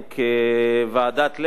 כוועדת-לוי,